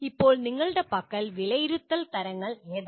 ഇപ്പോൾ നിങ്ങളുടെ പക്കലുള്ള വിലയിരുത്തൽ തരങ്ങൾ ഏതാണ്